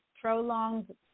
prolonged